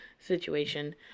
situation